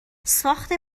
ساخت